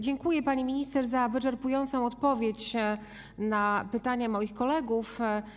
Dziękuję, pani minister, za wyczerpującą odpowiedź na pytania moich kolegów.